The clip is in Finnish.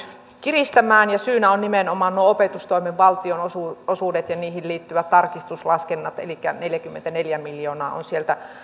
kiristämään ja syynä ovat nimenomaan nuo opetustoimen valtionosuudet ja niihin liittyvät tarkistuslaskennat elikkä neljäkymmentäneljä miljoonaa on sieltä